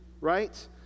right